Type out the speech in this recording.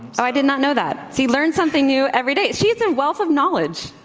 i did not know that he learned something new every day. she's in wealth of knowledge.